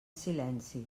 silenci